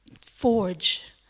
forge